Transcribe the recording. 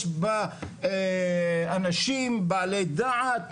יש בה אנשים בעלי דעת.